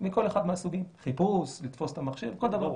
מכל אחד מהסוגים, חיפוש, לתפוס את המחשב, כל דבר.